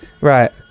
right